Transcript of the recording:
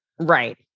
right